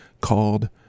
called